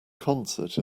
concert